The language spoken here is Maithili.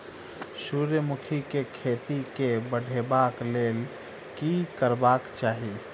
सूर्यमुखी केँ खेती केँ बढ़ेबाक लेल की करबाक चाहि?